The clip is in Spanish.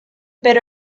pero